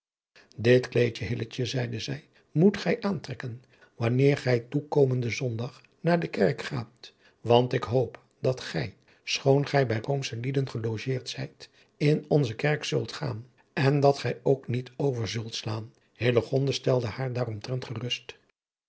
dit kleed hilletje zeide zij moet gij aantrekken wanneer gij toekomenden zondag naar de kerk gaat want ik hoop dat gij schoon gij bij roomsche lieden gelogeerd zijt in onze kerk zult gaan en dat gij ook niet over zult slaan hillegonda stelde haar daaromtrent gerust